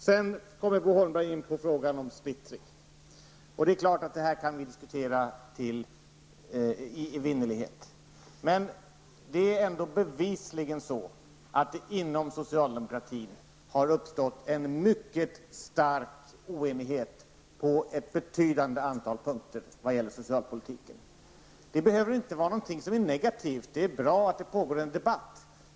Sedan kommer Bo Holmberg in på frågan om splittring. Detta kan vi så klart diskutera i evinnerlighet. Bevisligen har det ändå inom socialdemokratin uppstått en mycket stark oenighet på ett betydande antal punkter som gäller socialpolitiken. Det behöver inte vara något negativt. Det är bra att det pågår en debatt.